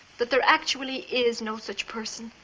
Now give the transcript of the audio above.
that there actually is no such person.